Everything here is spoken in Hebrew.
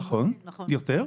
נכון, רותי.